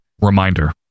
reminder